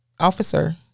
Officer